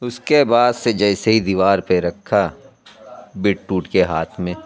اس کے بعد سے جیسے ہی دیوار پہ رکھا بٹ ٹوٹ کے ہاتھ میں